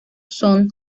son